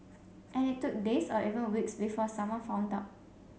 and it took days or even weeks before someone found out